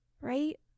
Right